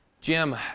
Jim